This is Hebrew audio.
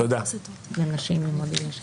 ברוכים הבאים.